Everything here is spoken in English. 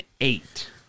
eight